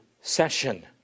session